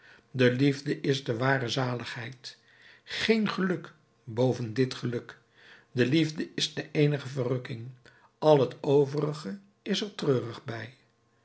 de liefde is de ware zaligheid geen geluk boven dit geluk de liefde is de eenige verrukking al het overige is er treurig bij